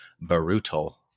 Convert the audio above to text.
brutal